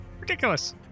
ridiculous